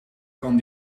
kan